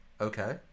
Okay